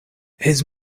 his